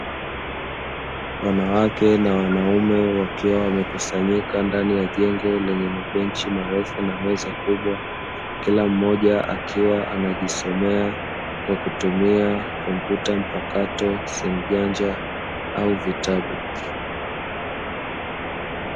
Wanawake na wanaume wakiwa wamekusanyika ndani ya jengo lenye mabenchi marefu na meza kubwa, kila mmoja akiwa anajisomea kwa kutumia kompyuta mpakato, simu janja au vitabu.